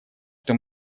что